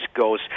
goes